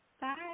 Bye